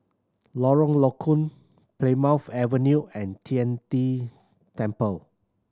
Lorong Low Koon Plymouth Avenue and Tian De Temple